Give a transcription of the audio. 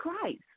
Christ